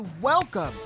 welcome